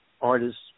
artists